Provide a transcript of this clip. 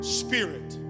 spirit